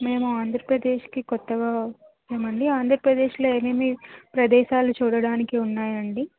మేము ఆంధ్రప్రదేశ్కి కొత్తగా వచ్చామండి ఆంధ్రప్రదేశ్లో ఏమేం ప్రదేశాలు చూడటానికి ఉన్నాయండి